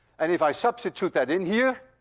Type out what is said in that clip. and if i substitute that in here,